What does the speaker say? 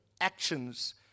actions